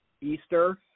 Easter